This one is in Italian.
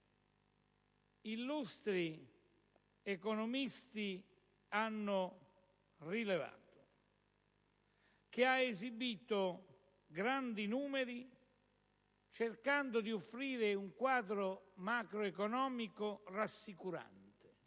illustri economisti hanno rilevato, che ha esibito grandi numeri cercando di offrire un quadro macroeconomico rassicurante,